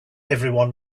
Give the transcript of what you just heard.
everyone